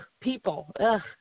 people